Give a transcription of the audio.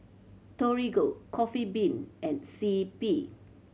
Torigo Coffee Bean and C P